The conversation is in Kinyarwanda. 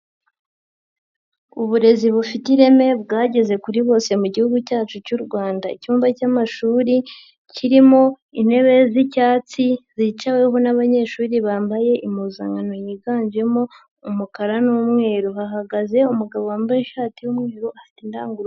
Uburezi bufite ireme bwageze kuri bose mu gihugu cyacu cy'u Rwanda, icyumba cy'amashuri kirimo intebe z'icyatsi zicaweho n'abanyeshuri bambaye impuzankano yiganjemo umukara n'umweru, hahagaze umugabo wambaye ishati y'umweru afite indangururamajwi.